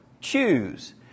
choose